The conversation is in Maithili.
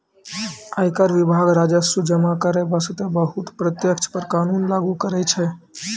आयकर विभाग राजस्व जमा करै बासतें बहुते प्रत्यक्ष कर कानून लागु करै छै